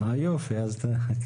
והגנים.